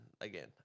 again